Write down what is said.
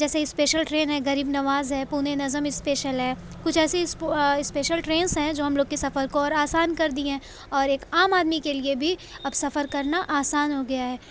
جیسے special train ہے غریب نواز ہے پونے نظم اسپیشل ہے کچھ ایسے اسپیشل ٹرینس ہیں جو ہم لوگ کے سفر کو اور آسان کر دیے ہیں اور ایک عام آدمی کے لیے بھی اب سفر کرنا آسان ہو گیا ہے